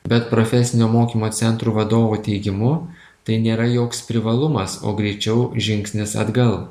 bet profesinio mokymo centrų vadovo teigimu tai nėra joks privalumas o greičiau žingsnis atgal